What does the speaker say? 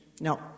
No